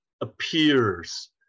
appears